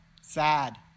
sad